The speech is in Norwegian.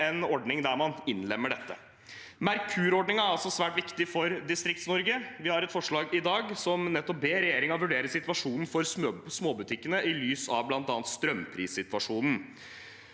en ordning der man innlemmer dette. Merkur-ordningen er også svært viktig for DistriktsNorge. Vi har i dag et forslag som nettopp ber regjeringen vurdere situasjonen for småbutikkene i lys av bl.a. strømprissituasjonen.